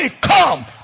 come